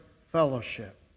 fellowship